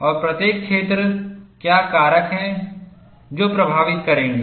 और प्रत्येक क्षेत्र क्या कारक हैं जो प्रभावित करेंगे